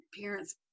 parents